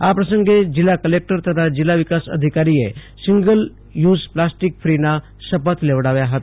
આ પ્રસંગે જિલ્લા કલેકટર તથા જિલ્લા વિકાસ અધિકારીએ સિંગલ યુઝ પ્લાસ્ટિક ફીના શપથ લેવડાવ્યા હતા